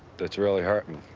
that's really hurt me.